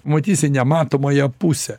matysi nematomąją pusę